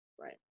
Right